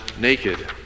naked